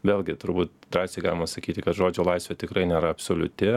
vėlgi turbūt drąsiai galima sakyti kad žodžio laisvė tikrai nėra absoliuti